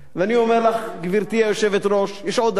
ואני אומר לך, גברתי היושבת-ראש, יש עוד דבר